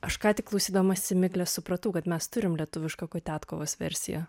aš ką tik klausydamasi miglės supratau kad mes turim lietuvišką kotiatkovos versiją